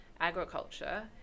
agriculture